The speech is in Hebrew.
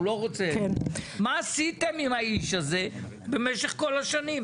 מה עשיתם עם האיש הזה במשך כל השנים?